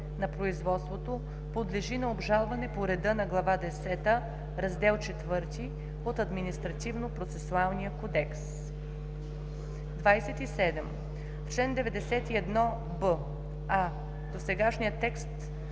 на производството подлежи на обжалване по реда на Глава десета, Раздел IV от Административнопроцесуалния кодекс.” 27. В чл. 91б: а) досегашният текст